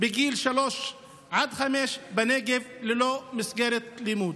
בגילי שלוש עד חמש בנגב ללא מסגרת לימוד.